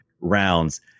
rounds